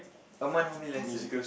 a month how many lesson